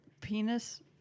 penis